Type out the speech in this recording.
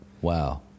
Wow